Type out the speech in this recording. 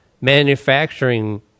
manufacturing